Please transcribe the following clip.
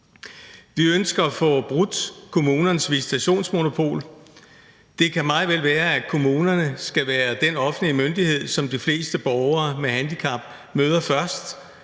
Vi ønsker at få brudt kommunernes visitationsmonopol. Det kan meget vel være, at kommunerne skal være den offentlige myndighed, som de fleste borgere med handicap møder først,